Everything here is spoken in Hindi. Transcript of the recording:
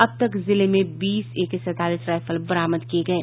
अब तक जिले में बीस एके सैंतालीस राईफल बरामद किये गये